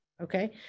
okay